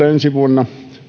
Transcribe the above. ensi vuonna